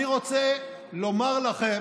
אני רוצה לומר לכם